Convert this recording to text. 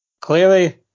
Clearly